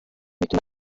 bituma